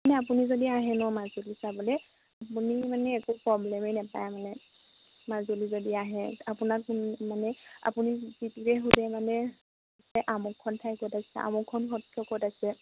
মানে আপুনি যদি আহে ন মাজুলী চাবলৈ আপুনি মানে একো প্ৰব্লেমেই নাপায় মানে মাজুলী যদি আহে আপোনাক মানে আপুনি যিটোৱে সোধে মানে আমুকখন ঠাই ক'ত আছে আমুকখন সত্ৰ ক'ত আছে